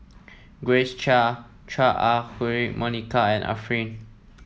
Grace Chia Chua Ah Huwa Monica and Arifin